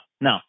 no